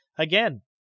Again